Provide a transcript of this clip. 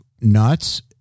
nuts